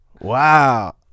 Wow